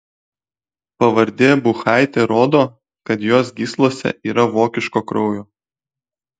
pavardė buchaitė rodo kad jos gyslose yra vokiško kraujo